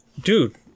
dude